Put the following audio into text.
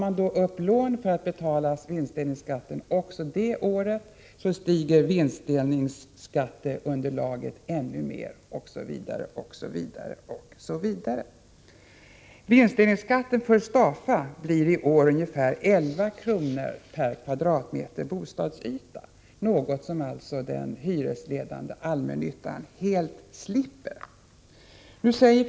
Om man tar lån för att betala vinstdelningsskatten också det året, kommer vinstdelningsskatteunderlaget året därefter att ligga ännu högre osv. osv. OSV. Vinstdelningsskatten för Stafa blir i år ungefär 11 kr. per kvadratmeter bostadsyta, något som den hyresledande allmännyttan alltså helt slipper.